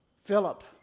Philip